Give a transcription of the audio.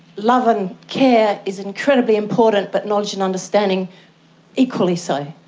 love and care is incredibly important but knowledge and understanding equally so.